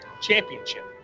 Championship